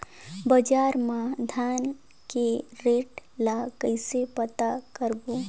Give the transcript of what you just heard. बजार मा धान के रेट ला कइसे पता करबो?